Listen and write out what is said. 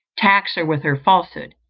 tax her with her falsehood,